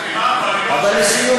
לסיום,